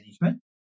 management